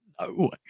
No